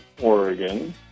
Oregon